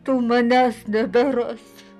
tu manęs neberas